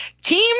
Team